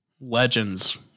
legends